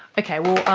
okay well,